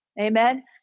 Amen